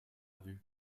vue